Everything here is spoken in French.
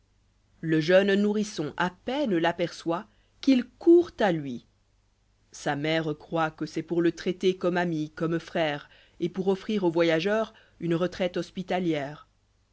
le jeune nourrisson à peine l'aperçoit qu'il court à lui sa mère croit que c'est pour le traiter comme ami comme frère et pour offrir au voyageur une retraite hospitalière